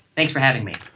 thanks for having me.